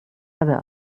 habe